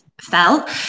felt